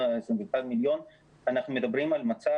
20..21,000,000. אנחנו מדברים על מצב,